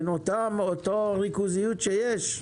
באותה ריכוזיות שיש?